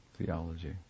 theology